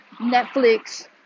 Netflix